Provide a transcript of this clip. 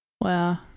Wow